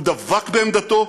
הוא דבק בעמדתו